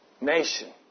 nation